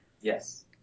Yes